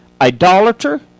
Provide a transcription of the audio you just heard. idolater